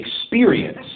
experience